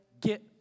get